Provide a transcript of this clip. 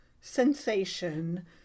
sensation